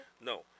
No